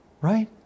Right